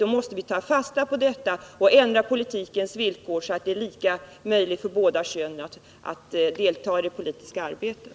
Vi måste ta fasta på detta och ändra politikens villkor så att det är lika möjligt för båda könen att delta i det politiska arbetet.